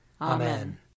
Amen